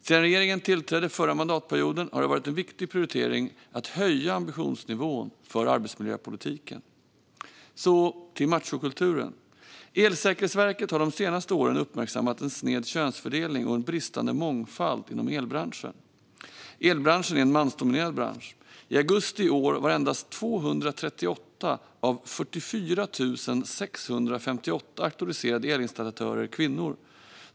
Sedan regeringen tillträdde förra mandatperioden har det varit en viktig prioritering att höja ambitionsnivån för arbetsmiljöpolitiken. Så till machokulturen. Elsäkerhetsverket har de senaste åren uppmärksammat en sned könsfördelning och en bristande mångfald inom elbranschen. Elbranschen är en mansdominerad bransch. I augusti i år var endast 238 av 44 658 auktoriserade elinstallatörer kvinnor.